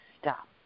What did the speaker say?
stop